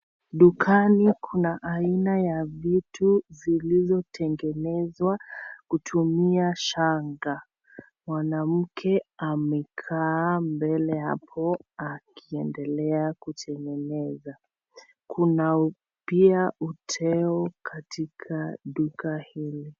Dukani kuna aina ya vitu zilizotengenezwa kutumia shanga, mwanamke amekaa mbele hapo akiendelea kutengeneza, kuna pia uteo katika duka hili.